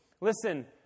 Listen